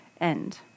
end